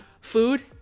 food